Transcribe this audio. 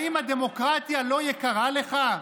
האם הדמוקרטיה לא יקרה לך?